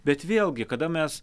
bet vėlgi kada mes